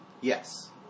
Yes